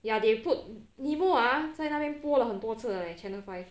ya they put nemo ah 在那边播了很多次了 channel five